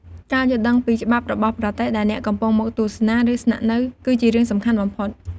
ការយល់ដឹងពីច្បាប់របស់ប្រទេសដែលអ្នកកំពុងមកទស្សនា ឬស្នាក់នៅគឺជារឿងសំខាន់បំផុត។